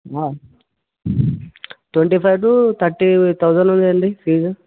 twenty five to thirty thousand ఉంది అండి fee